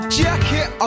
jacket